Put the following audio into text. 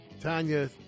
Tanya